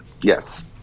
yes